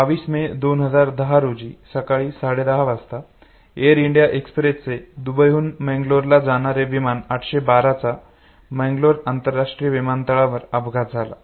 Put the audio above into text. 22 मे 2010 रोजी सकाळी साडेसहा वाजता एअर इंडिया एक्सप्रेसचे दुबई हून मंगलोरला जाणारे विमान 812 चा मंगळलोर आंतरराष्ट्रीय विमानतळावर अपघात झाला